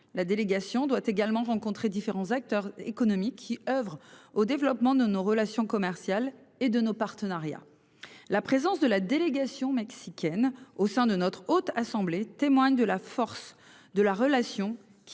La délégation doit également rencontrer différents acteurs économiques qui oeuvrent au développement de nos relations commerciales et de nos partenariats. La présence de la délégation mexicaine au sein de notre haute assemblée témoigne de la force de la relation qui